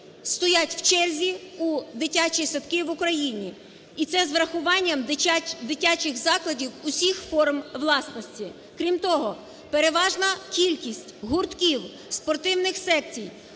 стоять в черзі у дитячі садки в Україні, і це з врахуванням дитячих закладів усіх форм власності. Крім того, переважна кількість гуртків, спортивних секцій,